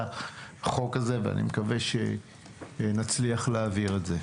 החוק הזה ואני מקווה נצליח להעביר את זה.